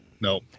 no